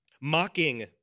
mocking